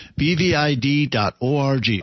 BVID.org